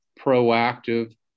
proactive